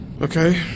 Okay